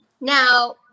Now